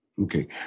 Okay